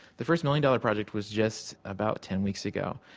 the first million-dollar project was just about ten weeks ago,